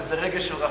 וזה רגש של רחמים.